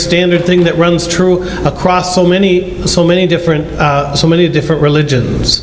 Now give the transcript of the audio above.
standard thing that runs true across so many so many different so many different religions